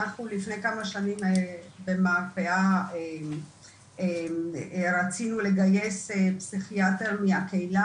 אנחנו לפני כמה שנים במרפאה רצינו לגייס פסיכיאטר מהקהילה